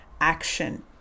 action